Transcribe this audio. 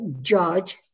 judge